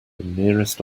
nearest